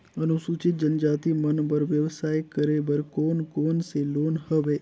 अनुसूचित जनजाति मन बर व्यवसाय करे बर कौन कौन से लोन हवे?